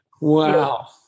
Wow